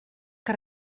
que